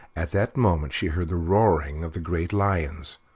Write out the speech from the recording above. at that moment she heard the roaring of the great lions,